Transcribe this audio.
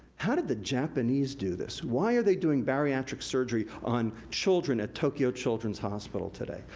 how did the japanese do this? why are they doing bariatric surgery on children at tokyo children's hospital today?